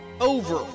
over